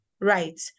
right